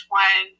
one